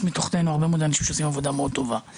יש מתחתינו הרבה מאוד אנשים שעושים עבודה מאוד טובה.